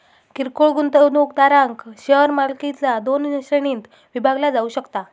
किरकोळ गुंतवणूकदारांक शेअर मालकीचा दोन श्रेणींत विभागला जाऊ शकता